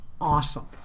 awesome